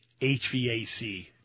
HVAC